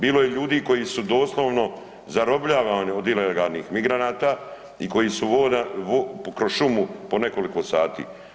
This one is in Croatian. Bilo je ljudi koji su doslovno zarobljavani od ilegalnih migranata i koji su vodani kroz šumu po nekoliko sati.